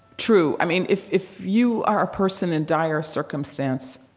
true. i mean, if if you are a person in dire circumstance,